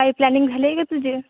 काही प्लॅनिंग झाली आहे का तुझे